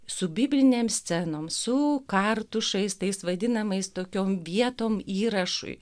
su biblinėm scenoms su kartušais tais vadinamais tokiom vietom įrašui